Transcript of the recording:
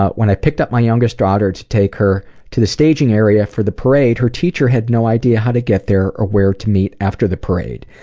ah when i picked up my youngest daughter to take her to the staging area for the parade, her teacher had no idea how to get there or where to meet after the parade.